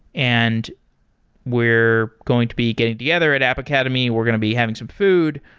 and we're going to be getting together at app academy. we're going to be having some food.